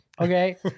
okay